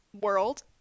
world